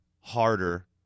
harder